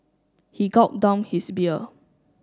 he gulped down his beer